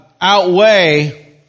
outweigh